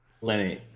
Lenny